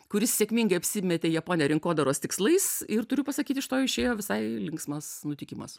kuris sėkmingai apsimetė japone rinkodaros tikslais ir turiu pasakyt iš to išėjo visai linksmas nutikimas